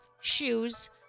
shoes